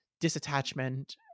disattachment